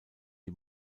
die